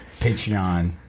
Patreon